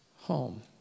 home